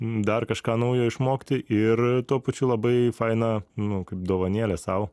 dar kažką naujo išmokti ir tuo pačiu labai faina nu kaip dovanėlė sau